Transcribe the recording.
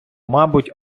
мабуть